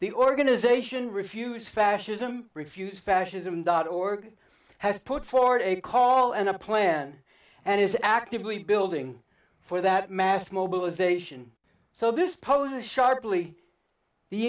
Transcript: the organisation refuse fascism refuse fascism dot org has put forward a call and a plan and is actively building for that math mobilization so this poses sharply the